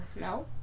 No